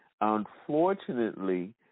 Unfortunately